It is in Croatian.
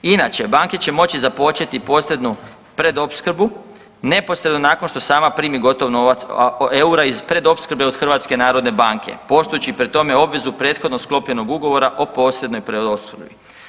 Inače, banke će moći započeti posrednu predopskrbu neposredno nakon što sama primi gotov novac eura iz predopskrbe od HNB-a poštujući pri tome obvezu prethodno sklopljenog ugovora o posrednoj predopskrbi.